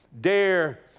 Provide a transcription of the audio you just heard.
Dare